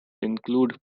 include